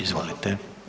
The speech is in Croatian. Izvolite.